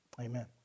Amen